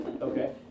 Okay